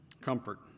comfort